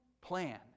plan